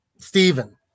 Stephen